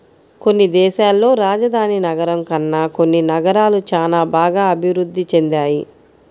కొన్ని దేశాల్లో రాజధాని నగరం కన్నా కొన్ని నగరాలు చానా బాగా అభిరుద్ధి చెందాయి